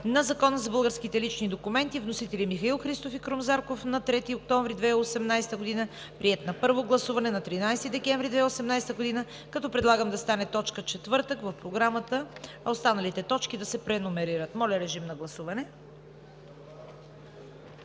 на Закона за българските лични документи. Внесен е от народните представители Михаил Христов и Крум Зарков на 3 октомври 2018 г. Приет е на първо гласуване на 13 декември 2018 г., като предлагам да стане точка четвърта в Програмата, а останалите точки да се преномерират. Моля, режим на гласуване.